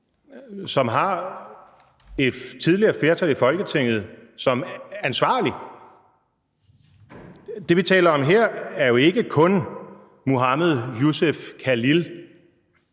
som har et tidligere flertal i Folketinget som ansvarlig. Det, vi taler om her, er ikke kun Mohamad Youssef Khalil,